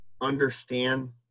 understand